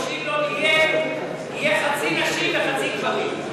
למה הם אמרו שאם לא נהיה יהיה חצי נשים וחצי גברים?